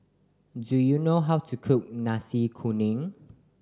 do you know how to cook Nasi Kuning